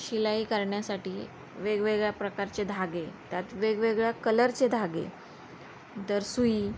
शिलाई करण्यासाठी वेगवेगळ्या प्रकारचे धागे त्यात वेगवेगळ्या कलरचे धागे तर सुई